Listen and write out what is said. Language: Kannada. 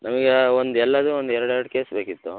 ನಮಗೆ ಒಂದು ಎಲ್ಲದೂ ಒಂದು ಎರಡು ಎರಡು ಕೇಸ್ ಬೇಕಿತ್ತು